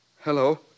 Hello